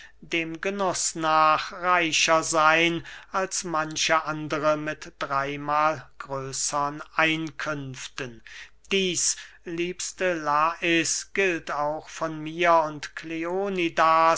dem genuß nach reicher seyn als manche andere mit drey mahl größern einkünften dieß liebste lais gilt auch von mir und